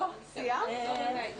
ננעלה